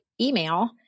email